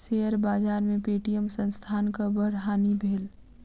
share बाजार में Paytm संस्थानक बड़ हानि भेल